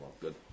Good